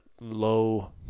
low